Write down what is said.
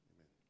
Amen